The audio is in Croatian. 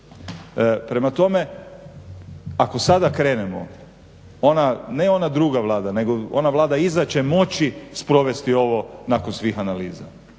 Prema tome, ako sada krenemo ona, ne ona druga Vlada nego ona Vlada iza će moći sprovesti ovo nakon svih analiza.